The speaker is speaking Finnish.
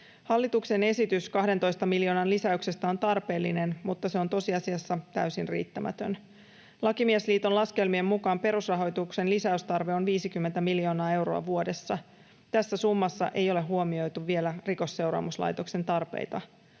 Hallituksen esitys 12 miljoonan lisäyksestä on tarpeellinen, mutta se on tosiasiassa täysin riittämätön. Lakimiesliiton laskelmien mukaan perusrahoituksen lisäystarve on 50 miljoonaa euroa vuodessa. Tässä summassa ei ole huomioitu vielä Rikosseuraamuslaitoksen tarpeita,